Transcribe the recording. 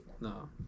no